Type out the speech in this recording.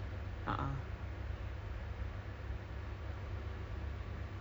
but technically right it's just COVID period it's just work at home also